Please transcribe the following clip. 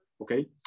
okay